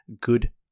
good